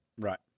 Right